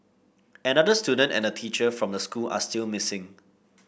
another student and a teacher from the school are still missing